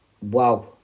Wow